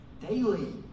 daily